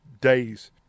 days